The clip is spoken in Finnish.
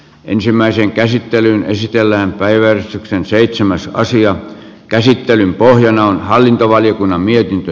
ensimmäisen käsittelyn esitellään päivän seitsemäs sija käsittelyn pohjana on hallintovaliokunnan mietintö